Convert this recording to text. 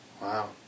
Wow